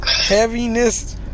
heaviness